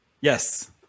Yes